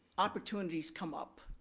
opportunities come up.